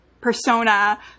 persona